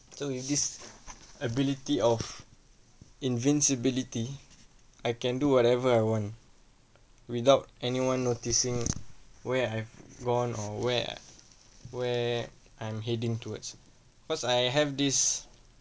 so if this ability of invincibility I can do whatever I want without anyone noticing where I've gone or where where I'm heading towards cause I have this